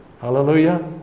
hallelujah